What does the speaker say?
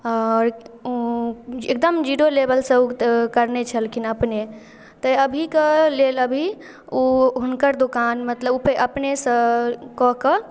आओरओ एकदम जीरो लेवलसँ उग तऽ करने छलखिन अपने तऽ अभीके लेल अभी ओ हुनकर दोकान मतलब ओ अपनेसँ कऽ कऽ